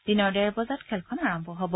দিনৰ ডেৰ বজাত খেলখন আৰম্ভ হ'ব